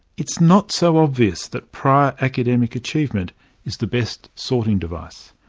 it's not so obvious that prior academic achievement is the best sorting device.